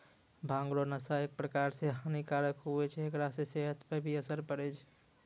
भांग रो नशा एक प्रकार से हानी कारक हुवै छै हेकरा से सेहत पर भी असर पड़ै छै